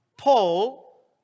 Paul